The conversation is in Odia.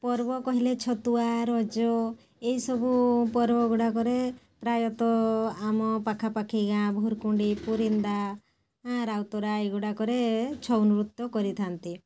ପର୍ବ କହିଲେ ଛତୁଆ ରଜ ଏଇ ସବୁ ପର୍ବ ଗୁଡ଼ାକରେ ପ୍ରାୟତଃ ଆମ ପାଖାପାଖି ଗାଁ ଭୁରକୁଣ୍ଡୀ ପୁରିନ୍ଦା ରାଇତୁରା ଏଗୁଡ଼ାକରେ ଛଉ ନୃତ୍ୟ କରିଥାଆନ୍ତି